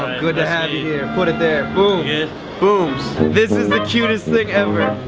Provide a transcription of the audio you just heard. good to have you here put it there this is the cutest thing ever